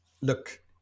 look